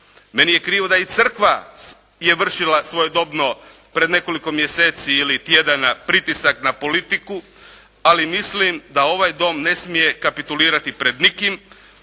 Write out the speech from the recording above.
Meni je krivo da i crkva je vršila svojedobno pred nekoliko mjeseci ili tjedana pritisak na politiku, ali mislim da ovaj Dom ne smije kapitulirati pred nikim,